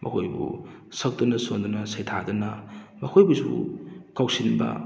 ꯃꯈꯣꯏꯕꯨ ꯁꯛꯇꯨꯅ ꯁꯣꯟꯗꯨꯅ ꯁꯩꯊꯥꯗꯨꯅ ꯃꯈꯣꯏꯕꯨꯁꯨ ꯀꯧꯁꯤꯟꯕ